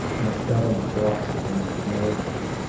in a sudden paroxysm of madness,